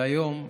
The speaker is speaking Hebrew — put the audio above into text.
והיום,